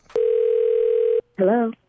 Hello